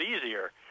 easier